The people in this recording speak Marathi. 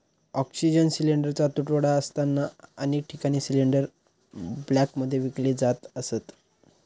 ऑक्सिजन सिलिंडरचा तुटवडा असताना अनेक ठिकाणी सिलिंडर ब्लॅकमध्ये विकले जात असत